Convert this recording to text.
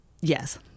Yes